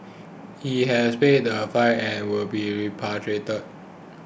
he has paid the fine and will be repatriated